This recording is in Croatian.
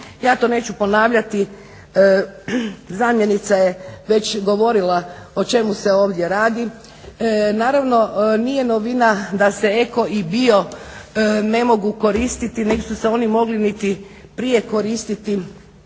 ja to neću ponavljati, zamjenica je već govorila o čemu se ovdje radi. Naravno nije novina da se eko i bio ne mogu koristiti, niti su se oni mogli niti prije koristiti